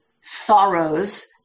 sorrows